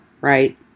right